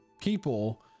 people